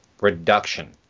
reduction